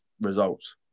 results